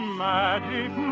magic